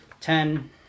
Ten